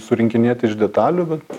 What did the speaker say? surinkinėti iš detalių bet